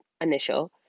initial